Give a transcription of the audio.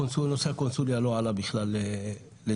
נושא הקונסוליה לא עלה בכלל לדיון.